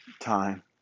time